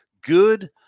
good